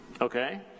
Okay